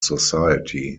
society